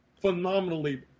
phenomenally